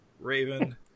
Raven